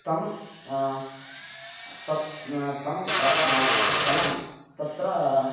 तं तत् तं क कलां तत्र